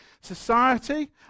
society